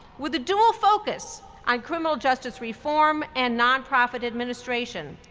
with a dual focus on criminal justice reform and nonprofit administration,